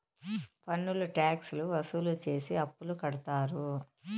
పన్నులు ట్యాక్స్ లు వసూలు చేసి అప్పులు కడతారు